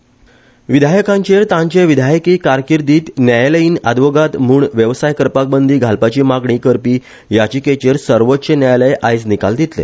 सी law maker विधायकांचेर तांचे विधायकी कारकिर्दीत न्यायालयानी आदवोगाद म्हण व्यवसाय करपाक बंदी घालपाची मागणी करपी याचीकेचेर सर्वोच्च न्यायालय आयज निकाल दितले